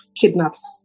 kidnaps